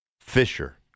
Fisher